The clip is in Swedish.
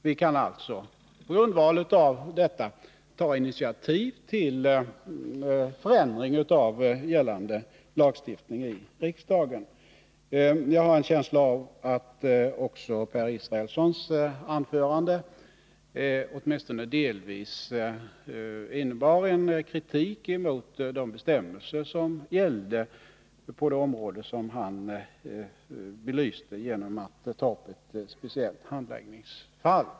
Vi kan alltså på grundval av detta i riksdagen ta initiativ till förändring av gällande lagstiftning. Jag har en känsla av att också Per Israelssons anförande åtminstone delvis innebar en kritik emot de bestämmelser som gällde på det område som han belyste genom att ta upp ett speciellt handläggningsfall.